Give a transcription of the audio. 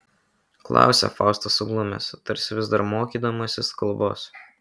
klausia faustas suglumęs tarsi vis dar mokydamasis kalbos